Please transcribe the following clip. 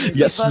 yes